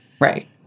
Right